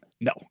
No